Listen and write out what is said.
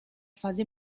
fase